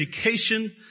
education